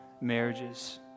marriages